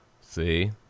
See